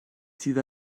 sydd